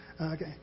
Okay